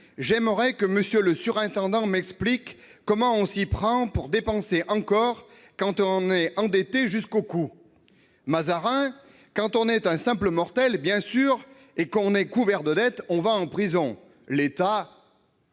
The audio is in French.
J'aimerais que M. le surintendant m'explique comment on s'y prend pour dépenser encore quand on est déjà endetté jusqu'au cou ... Mazarin. -Quand on est un simple mortel, bien sûr, et qu'on est couvert de dettes, on va en prison. Mais